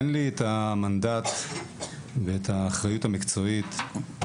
אין לי את המנדט ואת הסמכות המקצועית